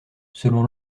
selon